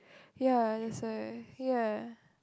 ya that's why ya